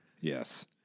Yes